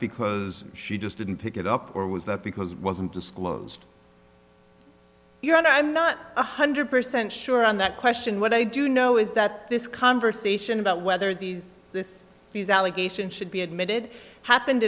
because she just didn't pick it up or was that because it wasn't disclosed your honor i'm not one hundred percent sure on that question what i do know is that this conversation about whether these this these allegation should be admitted happened